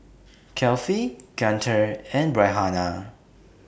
Kefli Guntur and Raihana